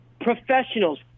professionals